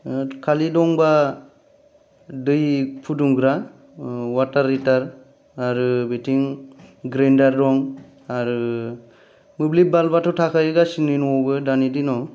खालि दंबा दै फुदुंग्रा अवाटार हिटार आरो बेथिं ग्राइंडार दं आरो मोब्लिब बाल्ब आथ' थाखायो गासिनि न'आवनो दानि दिनाव